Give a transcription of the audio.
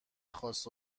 خاص